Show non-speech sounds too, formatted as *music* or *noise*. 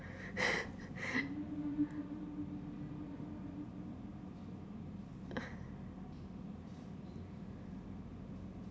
*laughs*